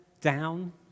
Down